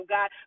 God